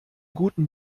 guten